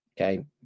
Okay